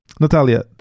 natalia